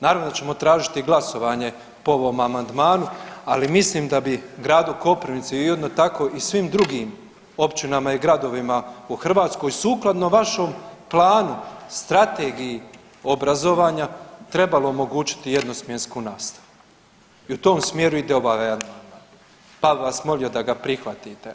Naravno da ćemo tražiti glasovanje po ovom amandmanu, ali mislim da bi gradu Koprivnici i onda tako i svim drugim općinama i gradovima u Hrvatskoj sukladno vašem planu Strategiji obrazovanja trebalo omogućiti jednosmjensku nastavu i u tom smjeru ide i ovaj amandman, pa bi vas molio da ga prihvatite.